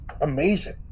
amazing